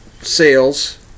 sales